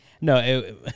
no